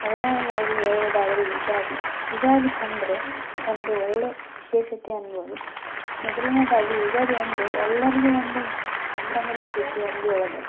ಮೊದಲನೇಯದಾಗಿ ಹೇಳುವುದಾದರೆ ಯುಗಾದಿ ಯುಗಾದಿ ಅಂದ್ರೆ ಒಂದು ಒಳ್ಳೆಯ ವಿಶೇಷತೆ ಅನ್ಬೋದು ಮೊದಲನೆಯದಾಗಿ ಯುಗಾದಿ ಅಂದರೆ ಎಲ್ಲರಿಗೂ ಒಂದು ಸಂಭ್ರಮದ ಸುದ್ದಿ ಎಂದು ಹೇಳಬೋದು